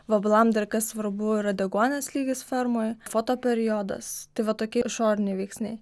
vabalam dar kas svarbu yra deguonies lygis fermoj foto periodas tai vat tokie išoriniai veiksniai